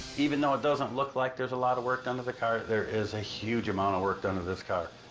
even though it doesn't look like there's a lot of work done to the car, there is a huge amount of work done to this car,